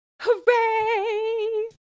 hooray